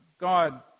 God